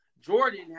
Jordan